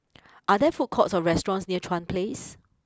are there food courts or restaurants near Chuan place